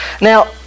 Now